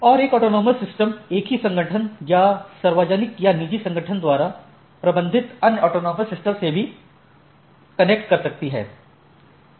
और एक autonomous system एक ही संगठन या अन्य सार्वजनिक या निजी संगठन द्वारा प्रबंधित अन्य ऑटॉनमस सिस्टम से भी कनेक्ट कर सकती है